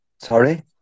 Sorry